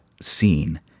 seen